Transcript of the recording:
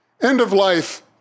End-of-life